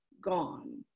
gone